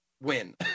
win